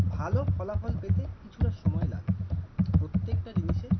ভালো ফলাফল পেতে কিছুটা সময় লাগে প্রত্যেকটা জিনিসের